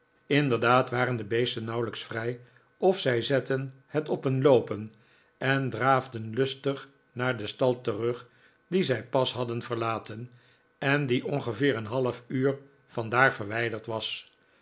inderdaad waren de beesten nauwelijks vrij of zij zetten het op een loopen en draafden lustig naar den stal terug dien zij pas hadden verlaten en die ongeveer een half uur vandaar verwijderd was